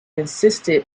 insisted